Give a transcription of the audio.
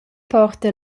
porta